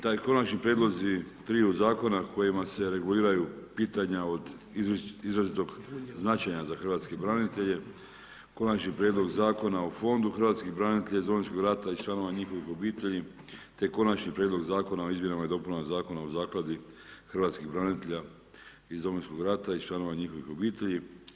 Taj konačni prijedlozi triju zakona, kojima se reguliraju pitanja od izrazitog značaja za hrvatske branitelje, Konačni prijedlog Zakona o fondu hrvatskih branitelja iz Domovinskog rata i članova njihovih obitelji, te Konačni prijedlog Zakona o izmjenama i dopunama Zakona o zakladi hrvatskih branitelja iz Domovinskog rata i članova njihovih obitelji.